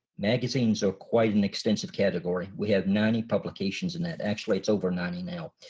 magazines are quite an extensive category. we have ninety publications in that. actually it's over ninety now.